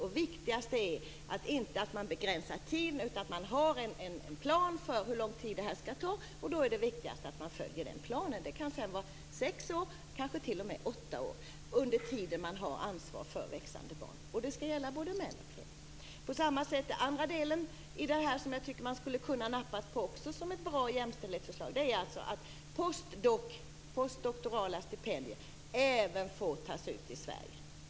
Det viktigaste är inte att tiden begränsas, utan att det finns en plan för hur lång tid det skall ta. Det är viktigt att man följer den planen. Det kan sedan gälla sex eller t.o.m. åtta år, dvs. den tid man har ansvar för växande barn. Det skall gälla både män och kvinnor. Ett annat bra jämställdhetsförslag som jag tycker att regeringen skulle ha nappat på är att postdoktorala stipendier även skall få tas ut i Sverige.